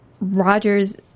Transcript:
Rogers